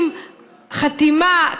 עם חתימה,